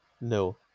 No